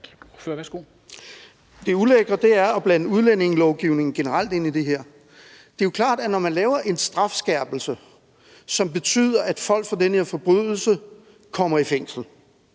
Det ulækre er at blande udlændingelovgivningen generelt ind i det her. Det er klart, at når man laver en strafskærpelse, som betyder, at folk for den her forbrydelse kommer i fængsel,